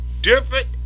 different